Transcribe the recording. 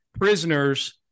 prisoners